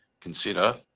consider